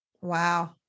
Wow